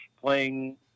playing